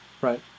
right